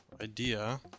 idea